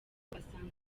basanga